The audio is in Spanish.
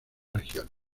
regiones